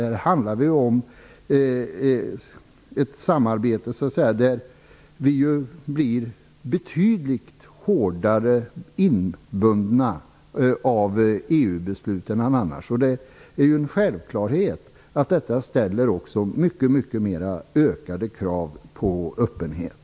Här handlar det om ett samarbete där vi blir betydligt hårdare inbundna av EU besluten än annars. Det är en självklarhet att det ställer ökade krav på öppenhet.